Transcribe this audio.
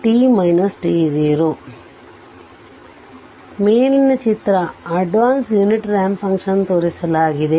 ಆದ್ದರಿಂದ ಮೇಲಿನ ಚಿತ್ರ ಆಡ್ವಾಂಸ್ ಯೂನಿಟ್ ರಾಂಪ್ ಫಂಕ್ಷನ್ ತೋರಿಸಲಾಗಿದೆ